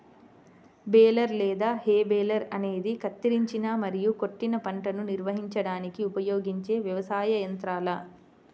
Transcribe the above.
baler లేదా hay baler అనేది కత్తిరించిన మరియు కొట్టిన పంటను నిర్వహించడానికి ఉపయోగించే వ్యవసాయ యంత్రాల